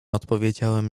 odpowiedziałem